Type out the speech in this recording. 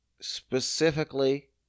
Specifically